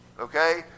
okay